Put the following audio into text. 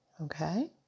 Okay